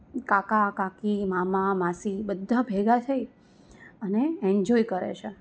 કાકા કાકી મામા માસી બધાં ભેગાં થઈ અને એન્જોય કરે છે